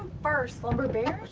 first lumber baron.